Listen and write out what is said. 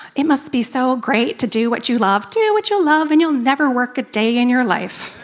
it must be so great to do what you love, do what you love and you will never work a day in your life.